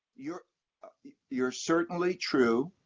you're but you're certainly true.